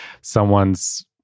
someone's